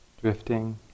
Drifting